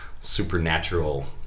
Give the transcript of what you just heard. supernatural